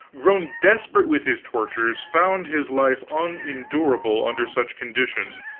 grown desperate with his tortures, found his life unendurable under such conditions,